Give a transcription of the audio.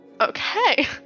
Okay